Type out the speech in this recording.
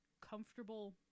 Comfortable